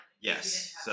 Yes